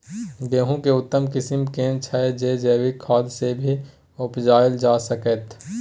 गेहूं के उत्तम किस्म केना छैय जे जैविक खाद से भी उपजायल जा सकते?